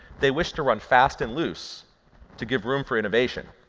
they wish to run fast and loose to give room for innovation.